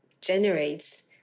generates